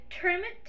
tournament